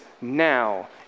Now